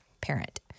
parent